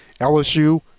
LSU